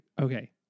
okay